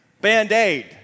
Band-Aid